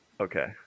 Okay